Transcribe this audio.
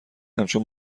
همچون